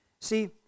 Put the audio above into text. See